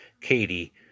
Katie